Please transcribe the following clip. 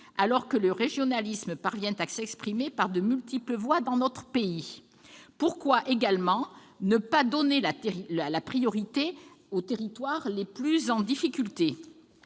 alors que le régionalisme parvient à s'exprimer par de multiples voies dans notre pays ? Pourquoi, en outre, ne pas donner la priorité aux territoires les plus en difficulté ?